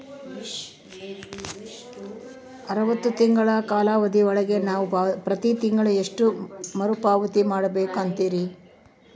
ಅರವತ್ತು ತಿಂಗಳ ಕಾಲಾವಧಿ ಒಳಗ ನಾವು ಪ್ರತಿ ತಿಂಗಳು ಎಷ್ಟು ಮರುಪಾವತಿ ಮಾಡಬೇಕು ಅಂತೇರಿ?